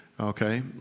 Okay